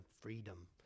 freedom